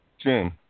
Jim